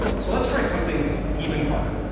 so let's try something even harder.